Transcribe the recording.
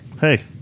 Hey